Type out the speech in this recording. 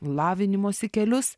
lavinimosi kelius